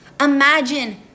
Imagine